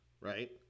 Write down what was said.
Right